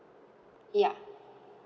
yeah